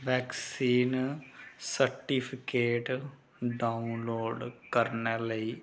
vaccine certificate download करने लेई